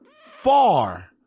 far